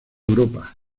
europa